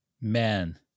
Man